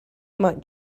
might